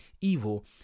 evil